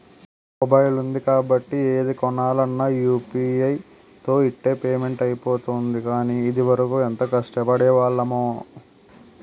mobile ఉంది కాబట్టి ఏది కొనాలన్నా యూ.పి.ఐ తో ఇట్టే పేమెంట్ అయిపోతోంది కానీ, ఇదివరకు ఎంత కష్టపడేవాళ్లమో